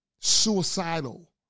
suicidal